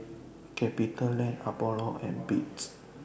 CapitaLand Apollo and Beats